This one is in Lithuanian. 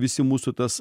visi mūsų tas